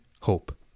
hope